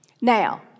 Now